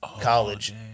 college